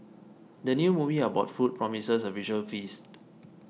the new movie about food promises a visual feast